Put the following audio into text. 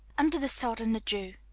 under the sod and the dew.